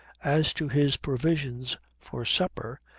as to his provisions for supper,